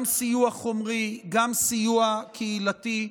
גם סיוע חומרי, גם סיוע קהילתי,